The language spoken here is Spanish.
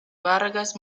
vargas